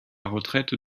retraite